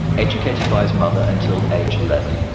educated by his mother until age eleven,